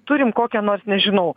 turim kokią nors nežinau